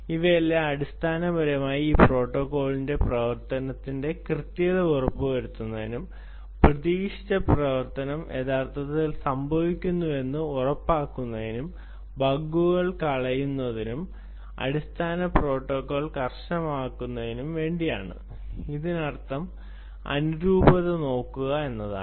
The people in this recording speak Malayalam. ഇവയെല്ലാം അടിസ്ഥാനപരമായി ഈ പ്രോട്ടോക്കോൾ പ്രവർത്തനത്തിന്റെ കൃത്യത ഉറപ്പുവരുത്തുന്നതിനും പ്രതീക്ഷിച്ച പ്രവർത്തനം യഥാർത്ഥത്തിൽ സംഭവിക്കുന്നുവെന്ന് ഉറപ്പാക്കുന്നതിനും ബഗുകൾ കളയുന്നതിനും അടിസ്ഥാന പ്രോട്ടോക്കോൾ കർശനമാക്കുന്നതിനും വേണ്ടിയാണ് അതിനർത്ഥം അനുരൂപത നോക്കുക എന്നതാണ്